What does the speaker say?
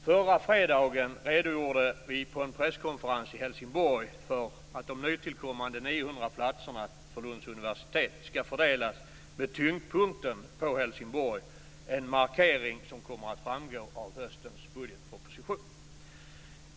Förra fredagen redogjorde vi på en presskonferens i Helsingborg för att de nytillkommande 900 platserna för Lunds universitet skall fördelas med tyngdpunkten på Helsingborg - en markering som kommer att framgå av höstens budgetproposition.